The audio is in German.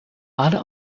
alle